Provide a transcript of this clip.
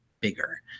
bigger